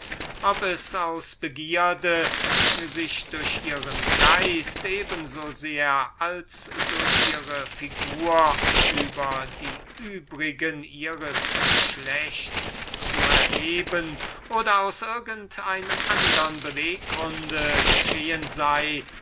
aus begierde sich durch ihren geist eben so sehr als durch ihre figur über die übrigen ihres geschlechts zu erheben eine ziemlich gewöhnliche schwachheit der eigentlich so genannten schönen oder aus irgend einem reinern beweggrunde geschehen